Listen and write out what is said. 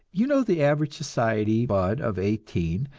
you know the average society bud of eighteen,